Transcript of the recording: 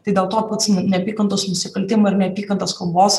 tai dėl to pats neapykantos nusikaltimų ar neapykantos kalbos